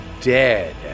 dead